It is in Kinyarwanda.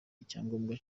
icyangombwa